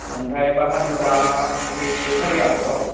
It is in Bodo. ओमफ्राय बाहादुरा साराय आदस'